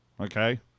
Okay